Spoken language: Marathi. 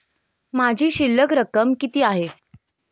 माझी शिल्लक रक्कम किती आहे?